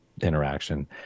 interaction